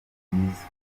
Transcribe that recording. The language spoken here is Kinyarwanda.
nibyiza